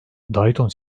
dayton